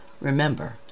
Remember